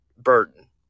burden